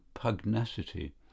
pugnacity